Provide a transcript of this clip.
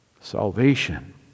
Salvation